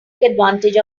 advantage